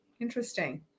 Interesting